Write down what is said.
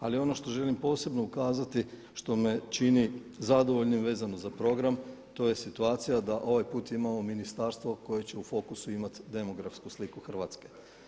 Ali ono što želim posebno ukazati što me čini zadovoljnim vezano za program to je situacija da ovaj put imamo ministarstvo koje će u fokusu imati demografsku sliku Hrvatske.